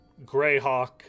Greyhawk